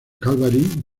calvary